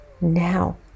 now